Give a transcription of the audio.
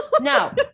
No